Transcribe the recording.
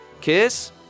Kiss